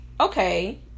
okay